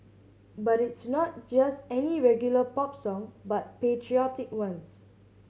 but it's not just any regular pop song but patriotic ones